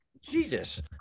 Jesus